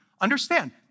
Understand